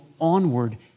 onward